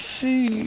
see